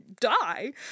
die